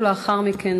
ולאחר מכן,